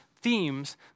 themes